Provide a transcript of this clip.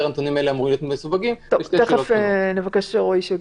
תכף נבקש מרועי שיתייחס.